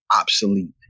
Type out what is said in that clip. obsolete